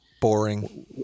boring